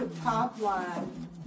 top-line